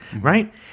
Right